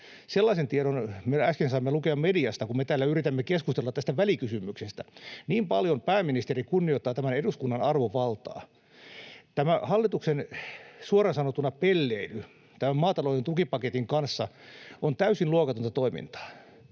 Sellaisen tiedon äsken saimme lukea mediasta, kun me täällä yritämme keskustella tästä välikysymyksestä. Niin paljon pääministeri kunnioittaa tämän eduskunnan arvovaltaa. Tämä hallituksen, suoraan sanottuna, pelleily tämän maatalouden tukipaketin kanssa on täysin luokatonta toimintaa.